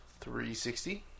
360